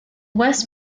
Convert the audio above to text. west